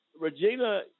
Regina